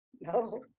No